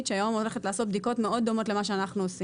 שהיום הולכת לעשות בדיקות מאוד דומות לאלה שלנו.